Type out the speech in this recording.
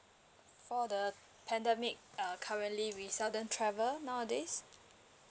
for the pandemic uh currently we seldom travel nowadays